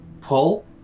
pull